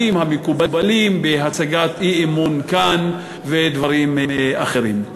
המקובלים בהצגת אי-אמון כאן ודברים אחרים.